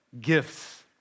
gifts